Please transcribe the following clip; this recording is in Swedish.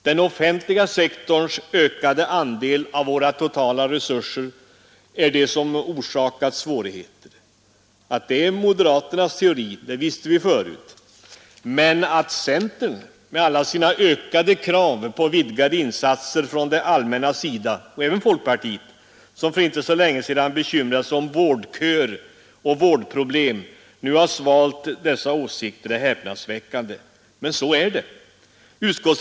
Den offentliga sektorns ökade andel av våra totala resurser är det som orsakar svårigheterna — att det är moderaternas teori, det visste vi förut, men att centern med alla sina ökade krav på vidgade insatser från det allmännas sida, och även folkpartiet som för inte länge sedan bekymrade sig om vårdköer och vårdproblem, nu svalt dessa å kter är häpnadsväckande. Men så är det!